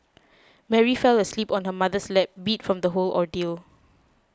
Mary fell asleep on her mother's lap beat from the whole ordeal